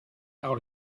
out